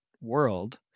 world